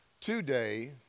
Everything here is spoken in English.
today